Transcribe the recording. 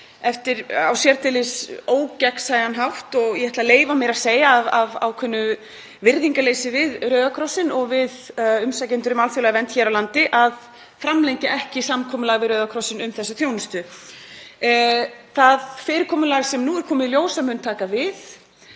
á sérdeilis ógagnsæjan hátt og ég ætla að leyfa mér að segja af ákveðnu virðingarleysi við Rauða krossinn og við umsækjendur um alþjóðlega vernd hér á landi, að framlengja ekki samkomulagið við Rauða krossinn um þessi þjónustu. Það fyrirkomulag sem nú er komið í ljós að mun taka við